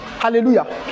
Hallelujah